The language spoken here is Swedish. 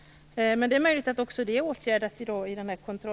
Men det är möjligt att också detta åtgärdas i dag i kontrollgruppen.